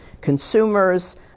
consumers